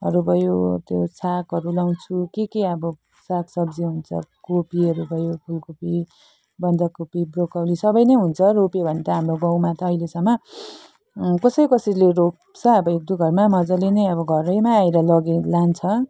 हरू भयो त्यो सागहरू लगाउँछु केके अब सागसब्जी हुन्छ कोपीहरू भयो फुलकोपी बन्दकोपी ब्रोकौली सबै नै हुन्छ रोप्यो भने त हाम्रो गाउँमा त अहिलेसम्म कसै कसैले रोप्छ अब एक दुई घरमा मजाले नै अब घरैमा आएर लगी लान्छ